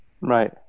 Right